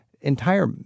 Entire